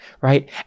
right